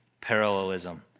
parallelism